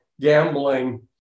gambling